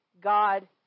God